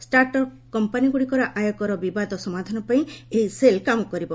startup କମ୍ପାନୀଗୁଡ଼ିକର ଆୟକର ବିବାଦ ସମାଧାନ ପାଇଁ ଏହି ସେଲ୍ କାମ କରିବ